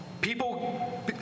people